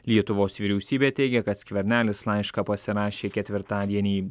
lietuvos vyriausybė teigia kad skvernelis laišką pasirašė ketvirtadienį